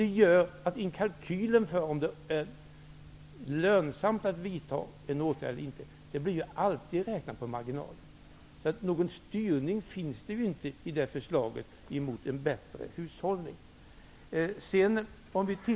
Detta gör att kalkylen för om det är lönsamt att vidta en åtgärd alltid blir en räkning på marginalen. Någon styrning mot en bättre hushållning finns inte i förslaget.